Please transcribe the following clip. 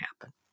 happen